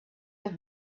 have